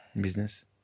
business